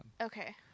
Okay